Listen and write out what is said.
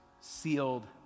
sealed